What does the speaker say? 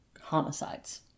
homicides